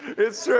it's